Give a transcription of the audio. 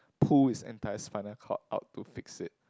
pull his entire spinal cord out to fix it